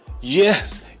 Yes